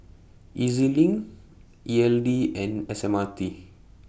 E Z LINK E L D and S M R T